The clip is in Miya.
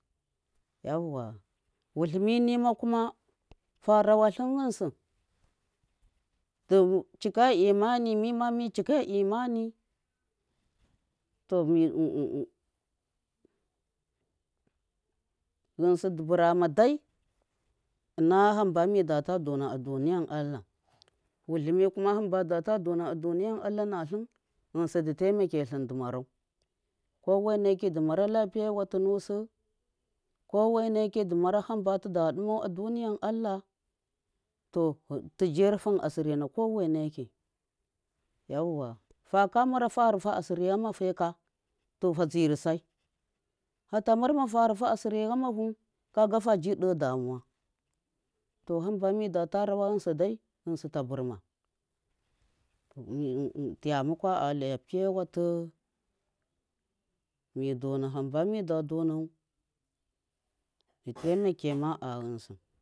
Yauwa wuhimi mima kuma faraway lim ghinsi du chika imani mima mi chika imani to ghinsi du bura dai ina hamba midata dona a duniya allah wulimi kuma han badata doniyan allah n alum ghinsi di ta, dumarau kowene ki du mara lapiya watu nusi kowene ki dumara hamtuda ɗuma a duniyan allah. To tuji rufin asiri nakoweneki yauwa faka mara fa rufa asiri yamafeka to ta tsirisa fatamarma fa rufa asiri yamahu kaga faji de damuwa to hamba midata rawa ghinsi dai ghinsi ta burma mitiya muku a lapiya watu mi dona hamba mida do nau du taima kema a ghinsi.